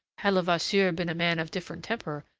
had levasseur been a man of different temper,